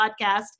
podcast